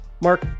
mark